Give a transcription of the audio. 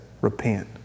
Repent